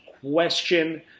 question